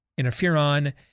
interferon